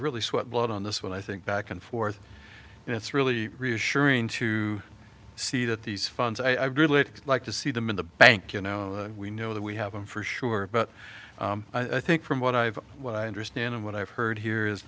really sweat a lot on this when i think back and forth and it's really reassuring to see that these funds i'd really like to see them in the bank you know we know that we haven't for sure but i think from what i've what i understand and what i've heard here is